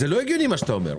זה לא הגיוני מה שאתה אומר,